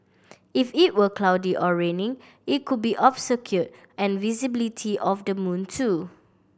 if it were cloudy or raining it could be obscured an visibility of the moon too